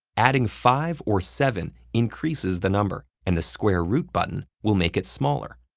adding five or seven increases the number, and the square root button will make it smaller.